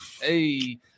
Hey